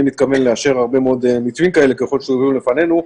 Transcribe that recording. מתכוון לאשר הרבה מאוד מתווים כאלה ככל שיובאו לפנינו,